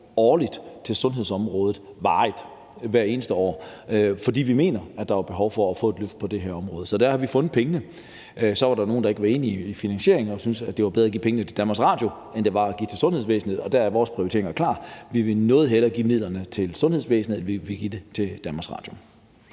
årligt – varigt og hvert eneste år. For vi mener, at der er behov for et løft på det her område. Der havde vi fundet pengene. Så var der nogle, der ikke var enig i finansieringen og syntes, at det var bedre at give pengene til DR end til sundhedsvæsenet. Der er vores prioritering klar: Vi vil noget hellere give midlerne til sundhedsvæsenet end give dem til DR.